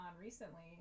recently